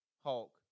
Hulk